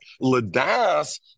Ladas